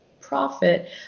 profit